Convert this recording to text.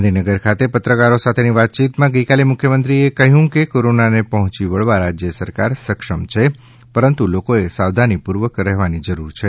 ગાંધીનગર ખાતે પત્રકારો સાથેની વાતચીતમા મુખ્યમંત્રીએ કહ્યું છે કે કોરોનાને પર્હોચી વળવા રાજ્ય સરકાર સક્ષમ છે પરંતુ લોકોને સાવધાનીપૂર્વક રહેવાની જરૂર છે